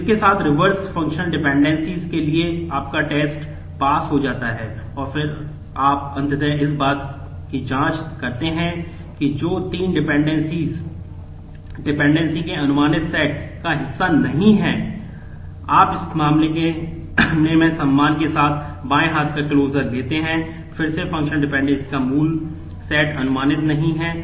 तो इसके साथ रिवर्स फंक्शनल डिपेंडेंसीज़ के तहत संरक्षित है